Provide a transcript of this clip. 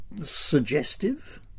suggestive